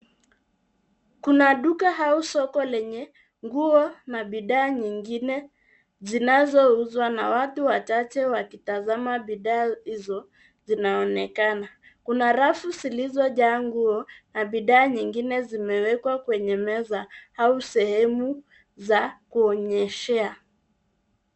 Kuna duka au soko lenye nguo na bidhaa nyingine zinazouzwa na watu wachache wakitazama bidhaa hizo zinaonekana. Kuna rafu zilizojaa nguo na bidhaa nyingine zimewekwa kwenye meza au sehemu za kuonyeshea.